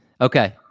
Okay